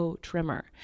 trimmer